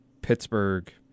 Pittsburgh